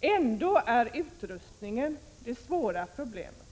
är dålig, anses utrustningsbristen vara det svåraste problemet.